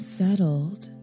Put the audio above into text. settled